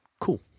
cool